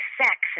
sex